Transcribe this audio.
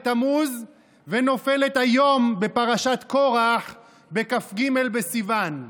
בתמוז ונופלת היום בפרשת קרח בכ"ג בסיוון.